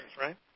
right